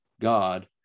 God